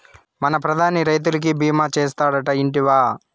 మన ప్రధాని రైతులకి భీమా చేస్తాడటా, ఇంటివా